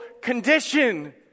condition